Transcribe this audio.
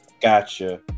Gotcha